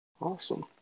awesome